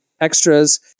extras